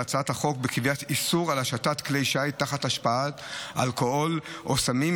בקביעת איסור השטת כלי שיט תחת השפעת אלכוהול או סמים.